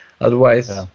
Otherwise